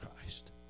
Christ